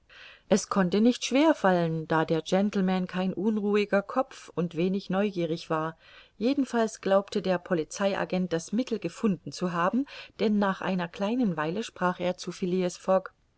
es konnte nicht schwer fallen da der gentleman kein unruhiger kopf und wenig neugierig war jedenfalls glaubte der polizei agent das mittel gefunden zu haben denn nach einer kleinen weile sprach er zu